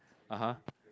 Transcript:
(uh huh)